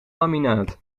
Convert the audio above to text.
laminaat